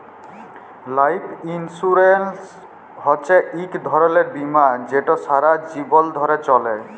life insurance হছে ইক ধরলের বীমা যেট সারা জীবল ধ্যরে চলে